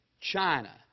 China